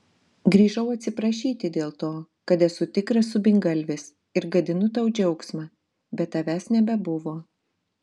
grįžau atsiprašyti dėl to kad esu tikras subingalvis ir gadinu tau džiaugsmą bet tavęs nebebuvo